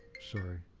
sorry.